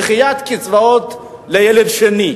דחיית קצבאות לילד שני.